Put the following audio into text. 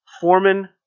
foreman